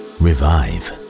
Revive